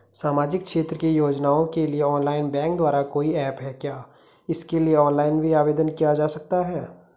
सामाजिक क्षेत्र की योजनाओं के लिए ऑनलाइन बैंक द्वारा कोई ऐप है क्या इसके लिए ऑनलाइन भी आवेदन किया जा सकता है?